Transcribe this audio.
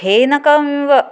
फेनकम् व